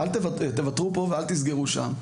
תוותרו פה ואל תסגרו שם,